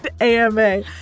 AMA